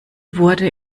wurde